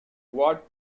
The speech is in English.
what